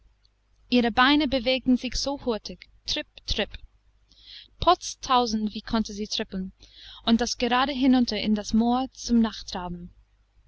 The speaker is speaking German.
ihre beine bewegten sich so hurtig tripp tripp potz tausend wie konnte sie trippeln und das gerade hinunter in das moor zum nachtraben